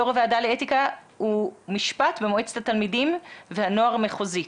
יושב ראש הוועדה לאתיקה ומשפט במועצת התלמידים והנוער המחוזית,